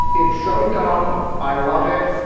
it's so dumb. i love it.